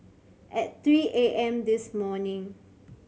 at three A M this morning